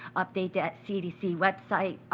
update the cdc website,